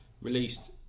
released